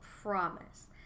promise